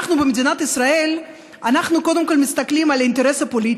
אנחנו במדינת ישראל קודם כול מסתכלים על האינטרס הפוליטי.